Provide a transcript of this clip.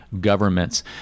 Governments